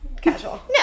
Casual